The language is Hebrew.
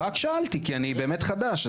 רק שאלתי, כי אני באמת חדש.